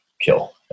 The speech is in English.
kill